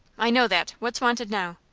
i know that. what's wanted now?